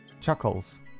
Chuckles